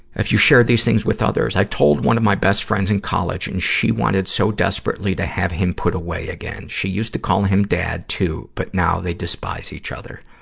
have you shared these things with others? i've told one of my best friends in college, and she wanted so desperately to have him put away again. she used to call him dad, too. but now they despise each other.